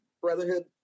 Brotherhood